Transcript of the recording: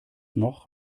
noch